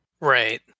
Right